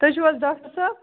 تُہۍ چھُو حظ ڈاکٹر صٲب